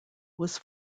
was